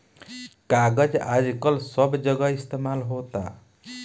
कागज आजकल सब जगह इस्तमाल होता